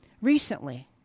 recently